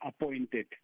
appointed